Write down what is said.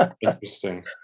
Interesting